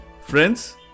Friends